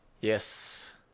Yes